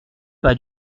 pas